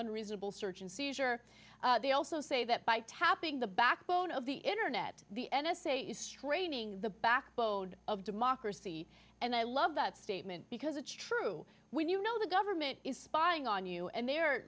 unreasonable search and seizure they also say that by tapping the backbone of the internet the n s a is straining the backbone of democracy and i love that statement because it's true when you know the government is spying on you and they